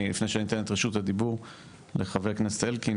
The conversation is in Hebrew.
לפני שאני נותן את רשות הדיבור לחבר הכנסת אלקין,